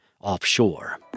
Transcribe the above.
offshore